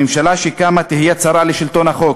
הממשלה שקמה תהיה צרה לשלטון החוק.